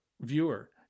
viewer